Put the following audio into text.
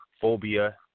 Phobia